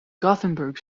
gothenburg